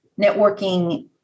Networking